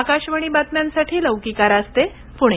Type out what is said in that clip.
आकाशवाणी बातम्यांसाठी लौकिका रास्ते पुणे